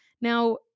Now